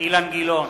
אילן גילאון,